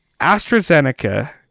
AstraZeneca